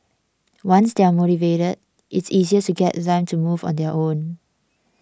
once they are motivated it's easier to get them to move on their own